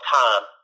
time